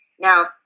Now